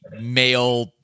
male